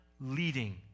leading